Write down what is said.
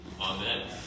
Amen